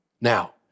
Now